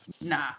Nah